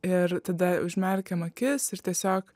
ir tada užmerkiam akis ir tiesiog